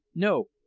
no!